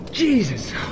Jesus